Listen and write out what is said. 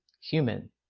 human